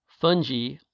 fungi